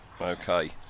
Okay